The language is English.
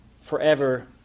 forever